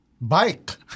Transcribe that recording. bike